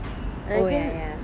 oh ya ya